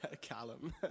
Callum